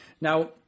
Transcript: Now